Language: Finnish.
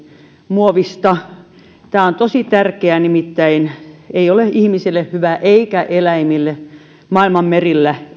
muovista tämä on tosi tärkeä nimittäin ei ole ihmisille hyvä eikä eläimille että maailman merillä